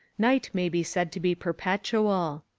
night may be said to be perpetual.